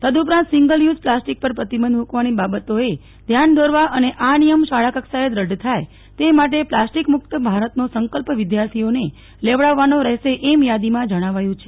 તદઉપરાંત single use plastic પર પ્રતિબંધ મુકવાની બાબતોએ ધ્યાન દોરવા અને આ નિયમ શાળાકક્ષાએ દઢ થાય તે માટે પ્લાસ્ટીકમુક્ત ભારતનો સંકલ્પ વિધાર્થીઓને લેવડાવવાનો રહેશે એમ યાદીમાં જણાવાયુ છે